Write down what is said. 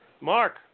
Mark